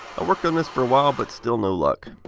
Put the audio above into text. i worked on this for a while, but still no luck,